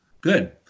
Good